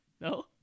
No